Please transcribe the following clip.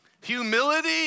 Humility